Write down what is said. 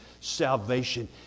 salvation